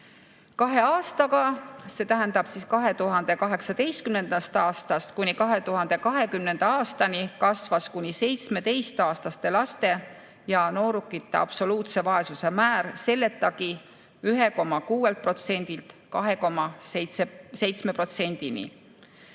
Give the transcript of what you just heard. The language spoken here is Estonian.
Kahe aastaga, see tähendab 2018. aastast kuni 2020. aastani kasvas kuni 17-aastaste laste ja noorukite absoluutse vaesuse määr selletagi 1,6%-lt